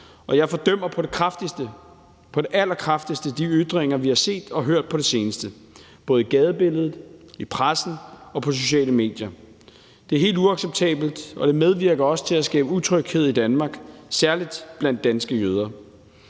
og jeg fordømmer på det allerkraftigste de ytringer, vi har set og hørt på det seneste, både i gadebilledet, i pressen og på sociale medier. Det er helt uacceptabelt, og det medvirker også til at skabe utryghed i Danmark, særligt blandt danske jøder.